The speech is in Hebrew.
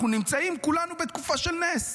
כולנו נמצאים בתקופה של נס.